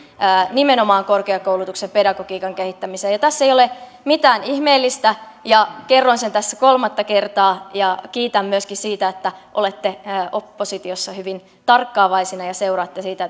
nimenomaan korkeakoulutuksen pedagogiikan kehittämiseen tässä ei ole mitään ihmeellistä ja kerroin sen tässä kolmatta kertaa ja kiitän myöskin siitä että olette oppositiossa hyvin tarkkaavaisina ja seuraatte sitä